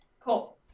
Cool